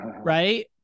right